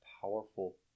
powerful